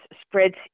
spreads